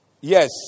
Yes